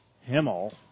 Himmel